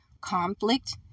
conflict